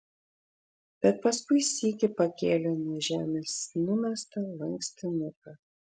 bet paskui sykį pakėlė nuo žemės numestą lankstinuką